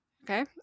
Okay